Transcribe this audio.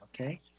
okay